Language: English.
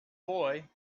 boy